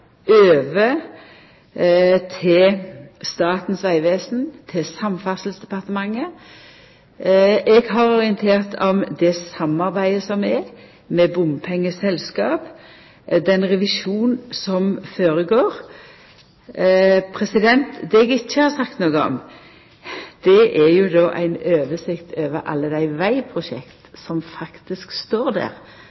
over til Statens vegvesen og så til Samferdselsdepartementet. Eg har orientert om det samarbeidet som er med bompengeselskap, og den revisjonen som går føre seg. Det eg ikkje har sagt noko om, er oversikta over alle dei